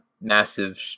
massive